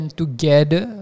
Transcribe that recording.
together